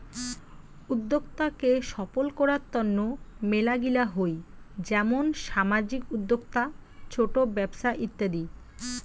উদ্যোক্তা কে সফল করার তন্ন মেলাগিলা হই যেমন সামাজিক উদ্যোক্তা, ছোট ব্যপছা ইত্যাদি